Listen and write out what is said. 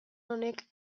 honek